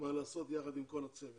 מה לעשות, יחד עם כל הצוות.